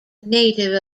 native